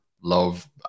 love